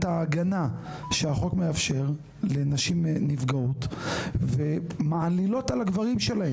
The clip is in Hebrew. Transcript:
ההגנה שהחוק מאפשר לנשים נפגעות ומעלילות על הגברים שלהן.